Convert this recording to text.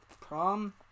prom